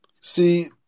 See